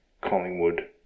Collingwood